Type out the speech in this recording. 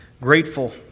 grateful